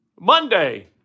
Monday